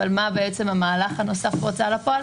אבל מה המהלך הנוסף בהוצאה לפועל?